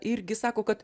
irgi sako kad